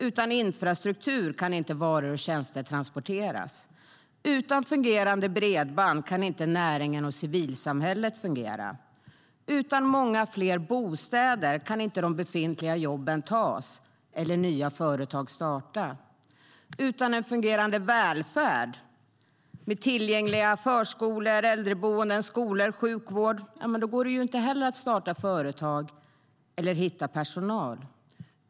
Utan infrastruktur kan inte varor och tjänster transporteras. Utan fungerande bredband kan inte näringen och civilsamhället fungera. Utan många fler bostäder kan inte de befintliga jobben tas eller nya företag starta. Utan en fungerande välfärd med tillgängliga förskolor, äldreboenden, skolor och sjukvård går det inte heller att starta företag eller hitta personal.